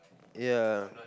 ya